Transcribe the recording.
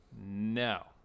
No